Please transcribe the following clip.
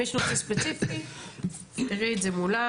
אם יש נושא ספציפי תפתרי את זה מולם,